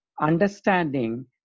understanding